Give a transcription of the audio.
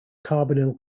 carbonyl